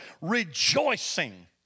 rejoicing